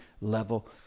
level